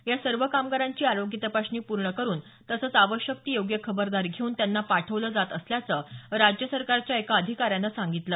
या सर्व कामगारांची आरोग्य तपासणी करून तसंच आवश्यक ती योग्य खबरदारी घेऊन त्यांना पाठवलं जात असल्याचं राज्य सरकारच्या एका अधिकाऱ्यानं सांगितलं